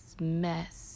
mess